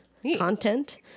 Content